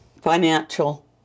financial